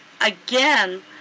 again